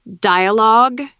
dialogue